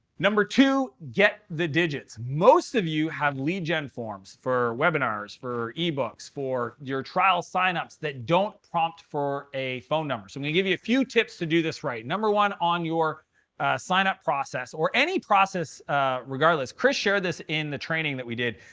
number two, get the digits. most of you have lead gen forms for webinars, for e-books, for your trial sign-ups that don't prompt for a phone number. so we'll give you a few tips to do this right. number one, on your sign-up process, or any process regardless chris shared this in the training that we did.